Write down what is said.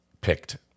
picked